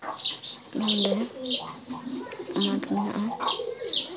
ᱱᱚᱰᱮ ᱢᱟᱴᱷ ᱢᱮᱱᱟᱜᱼᱟ